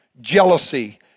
jealousy